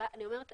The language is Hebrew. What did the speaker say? אומרת